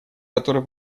которая